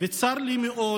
וצר לי מאוד